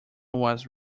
was